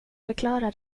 förklara